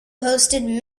hosted